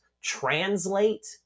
translate